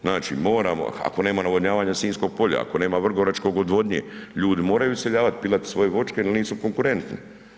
Znači moramo, ako nema navodnjavanja Sinjskog polja, ako nema Vrgoračke odvodnje, ljudi moraju iseljavati, pilat svoje vočke jer nisu konkurentni.